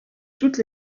toutes